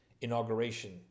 inauguration